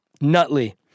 Nutley